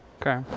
Okay